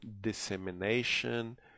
Dissemination